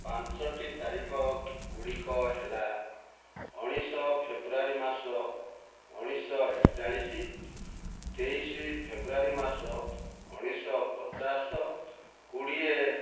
ପାଞ୍ଚଟି ତାରିଖଗୁଡ଼ିକ ହେଲା ଉଣେଇଶ ଶହ ଫେବୃଆରୀ ମାସ ଉଣେଇଶ ଶହ ଏକଚାଳିଶ ତେଇଶ ଫେବୃଆରୀ ମାସ ଉଣେଇଶ ଶହ ପଚାଶ କୋଡ଼ିଏ